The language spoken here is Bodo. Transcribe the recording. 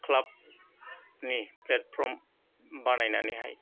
क्लाबनि प्लेटफर्म बानायनानैहाय